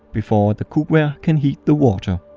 before the cookware can heat the water.